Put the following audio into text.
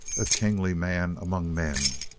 a kingly man among men.